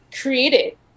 created